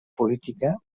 política